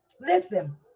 Listen